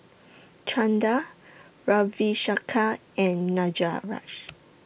Chanda Ravi Shankar and